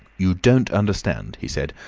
you don't understand, he said,